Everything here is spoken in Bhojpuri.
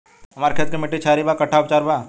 हमर खेत के मिट्टी क्षारीय बा कट्ठा उपचार बा?